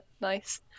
nice